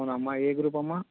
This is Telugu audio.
అమ్మా ఏ గ్రూప్ అమ్మ